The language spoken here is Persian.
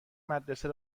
مدرسه